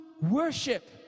worship